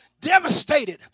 devastated